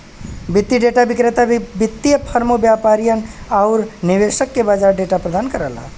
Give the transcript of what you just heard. वित्तीय डेटा विक्रेता वित्तीय फर्मों, व्यापारियन आउर निवेशक के बाजार डेटा प्रदान करला